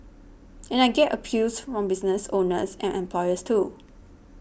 and I get appeals from business owners and employers too